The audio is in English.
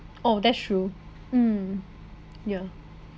oh that's true mm yeah